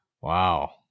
Wow